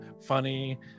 funny